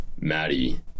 Maddie